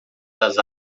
das